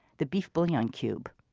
the beef bouillon cube.